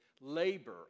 labor